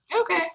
okay